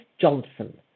Johnson